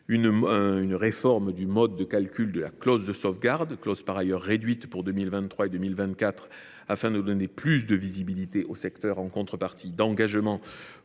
la réforme du mode de calcul de la clause de sauvegarde. Celle ci a de plus été réduite pour 2023 et 2024, afin de donner plus de visibilité aux secteurs en contrepartie d’engagements visant